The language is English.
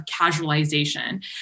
casualization